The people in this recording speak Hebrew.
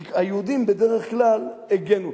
כי היהודים בדרך כלל הגנו.